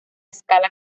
escala